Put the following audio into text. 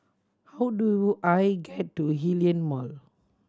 how do I get to Hillion Mall